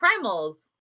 primals